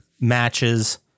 matches